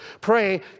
Pray